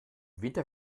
winter